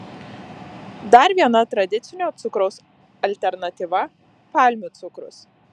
dar viena tradicinio cukraus alternatyva palmių cukrus